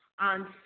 on